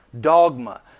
dogma